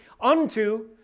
unto